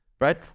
right